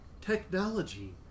technology